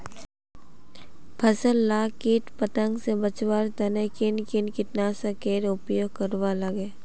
फसल लाक किट पतंग से बचवार तने किन किन कीटनाशकेर उपयोग करवार लगे?